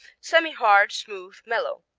semihard smooth mellow.